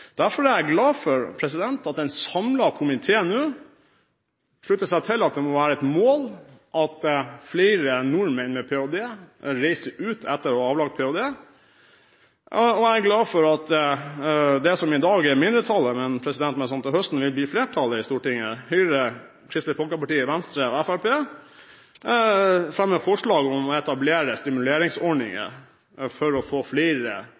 Derfor er jeg glad for at en samlet komité slutter seg til at det må være et mål at flere nordmenn reiser ut etter å ha avlagt ph.d. Jeg er glad for at det som i dag er mindretallet, men som til høsten vil bli flertallet i Stortinget – Høyre, Kristelig Folkeparti, Venstre og Fremskrittspartiet – fremmer forslag om å etablere stimuleringsordninger for å få flere